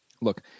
Look